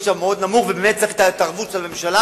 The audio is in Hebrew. שם נמוך מאוד ובאמת צריך את התערבות הממשלה.